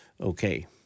Okay